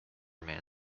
man